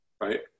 Right